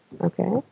Okay